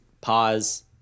pause